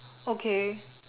okay